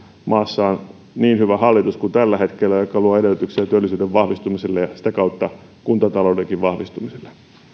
maassa on niin hyvä hallitus kuin tällä hetkellä joka luo edellytyksiä työllisyyden vahvistumiselle ja sitä kautta kuntataloudenkin vahvistumiselle